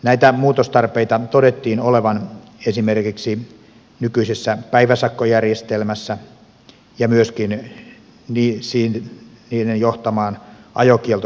näitä muutostarpeita todettiin olevan esimerkiksi nykyisessä päiväsakkojärjestelmässä ja myöskin ajokieltoseuraamusjärjestelmissä